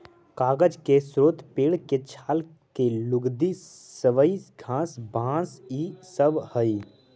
कागज के स्रोत पेड़ के छाल के लुगदी, सबई घास, बाँस इ सब हई